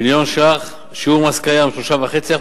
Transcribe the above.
1 מיליון ש"ח, משיעור המס הקיים, 3.5%,